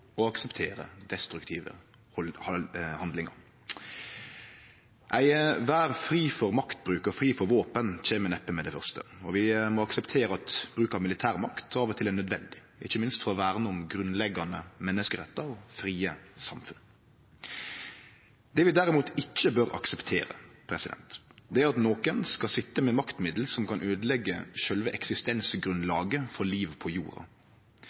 og akseptere destruktive handlingar. Ei verd fri for maktbruk og fri for våpen kjem neppe med det første. Vi må akseptere at bruk av militær makt av og til er nødvendig, ikkje minst for å verne om grunnleggjande menneskerettar og frie samfunn. Det vi derimot ikkje bør akseptere, er at nokon skal sitje med maktmiddel som kan øydeleggje sjølve eksistensgrunnlaget for livet på jorda.